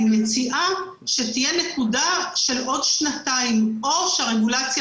אני מציעה שתהיה נקודה של עוד שנתיים: או שהרגולציה